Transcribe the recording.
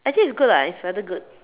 actually it's good lah it's rather good